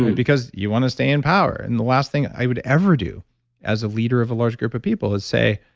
because you want to stay in power. and the last thing would ever do as a leader of a large group of people is say,